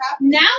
now